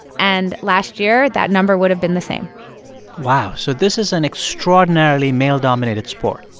and last year, that number would've been the same wow. so this is an extraordinarily male-dominated sport?